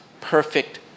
perfect